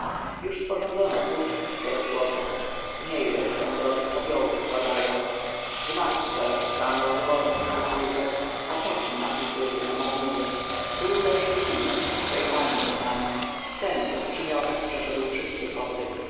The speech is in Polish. już sporządzona puszka szczerozłota w niej resztę drogich popiołów składają gmach zaraz stanął wyborny w strukturze a taki napis ryty na marmurze tu leży filuś swej pani kochanie ten co w przymiotach przeszedł wszystkie koty